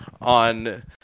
on